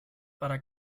para